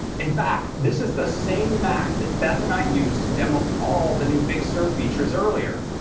in fact this is the same mac that beth and i used to demo all the new big sur features earlier.